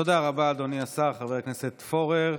תודה רבה, אדוני השר חבר הכנסת פורר.